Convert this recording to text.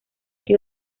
que